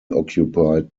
occupied